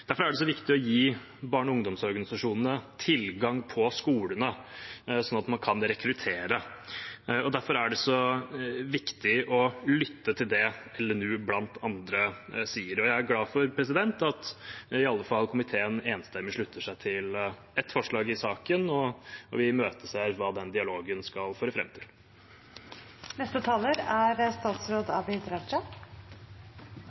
Derfor er det så viktig å gi barne- og ungdomsorganisasjonene tilgang på skolene, sånn at man kan rekruttere, og derfor er det så viktig å lytte til det bl.a. LNU sier. Jeg er glad for at komiteen enstemmig slutter seg til i alle fall ett forslag i saken, og vi imøteser hva den dialogen skal føre